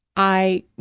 i,